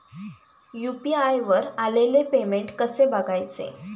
UPI वर आलेले payment कसे बघायचे?